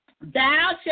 Thou